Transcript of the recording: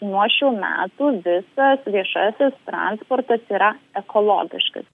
nuo šių metų visas viešasis transportas yra ekologiškas